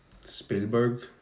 Spielberg